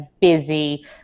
busy